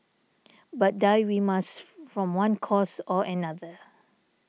but die we must from one cause or another